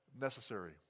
necessary